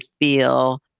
feel